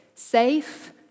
Safe